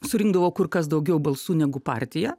surinkdavau kur kas daugiau balsų negu partija